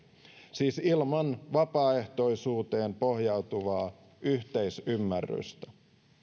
siis on ilman vapaaehtoisuuteen pohjautuvaa yhteisymmärrystä